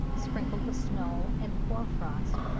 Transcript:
sprinkled with snow and hoar-frost.